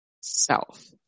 self